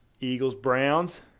Eagles-Browns